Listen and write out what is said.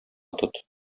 тот